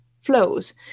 flows